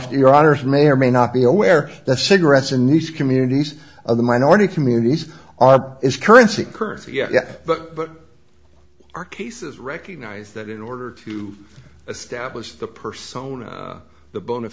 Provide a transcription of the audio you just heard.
for your honour's may or may not be aware that cigarettes are nice communities are the minority communities are is currency currency yet but are cases recognize that in order to establish the persona the bon